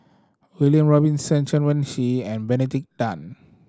William Robinson Chen Wen Hsi and Benedict Tan